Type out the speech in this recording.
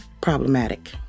problematic